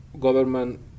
government